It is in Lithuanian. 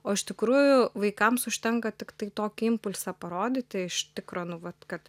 o iš tikrųjų vaikams užtenka tiktai tokį impulsą parodyti iš tikro nu vat kad